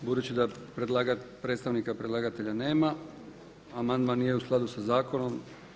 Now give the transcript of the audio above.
Budući da predstavnika predlagatelja nema amandman nije u skladu sa zakonom.